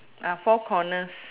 uh four corners